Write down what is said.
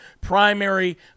primary